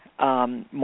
More